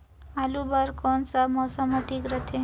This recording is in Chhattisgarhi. आलू बार कौन सा मौसम ह ठीक रथे?